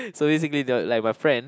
so basically the like my friend